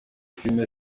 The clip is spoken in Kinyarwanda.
filime